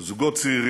של זוגות צעירים,